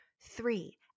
Three